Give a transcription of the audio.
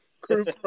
group